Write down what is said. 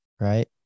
right